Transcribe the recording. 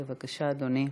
בבקשה, אדוני.